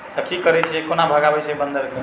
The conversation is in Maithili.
तऽ की करै छी कोना भगाबै छी बन्दरके